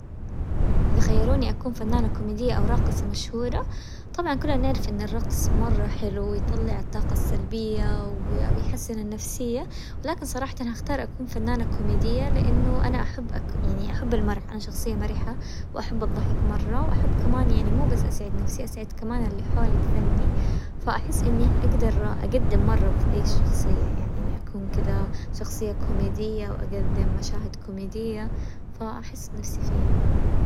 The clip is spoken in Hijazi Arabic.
اذا خيروني اكون فنانة كوميدية او راقصة مشهورة، طبعا كلنا نعرف ان الرقص مرة حلو ويطلع الطاقة السلبية ويحسن النفسية، ولكن صراحة اختار اكون فنانة كوميدية لانه انا احب يعني احب المرح، انا شخصية مرحة، واحب الضحك مرة، واحب كمان يعني مو بس اسعد نفسي، اسعد كمان اللي حولي بفني، فاحس اني حأقدر اقدم مرة في ذي الشخصية يعني اني اكون كذا شخصية كوميدية واقدم مشاهد كوميدية، فاحس نفسي فيها.